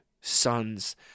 sons